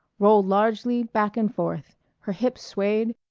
rolled largely back and forth her hips swayed,